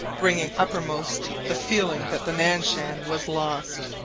bringing uppermost the feeling that the nan-shan was lost.